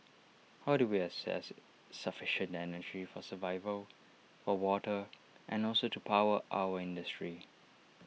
how do we access sufficient energy for survival for water and also to power our industry